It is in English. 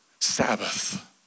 Sabbath